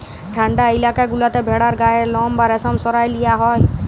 ঠাল্ডা ইলাকা গুলাতে ভেড়ার গায়ের লম বা রেশম সরাঁয় লিয়া হ্যয়